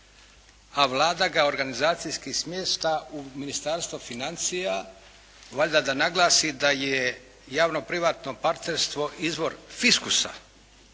a Vlada ga organizacijski smješta u Ministarstva financija valjda da naglasi da je javno privatno partnerstvo izvor fiskusa.